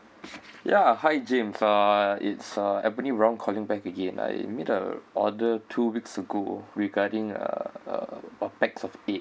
ya hi james uh it's uh ebony brown calling back again I made a order two weeks ago regarding uh uh pax of eight